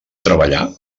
treballar